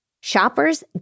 Shoppers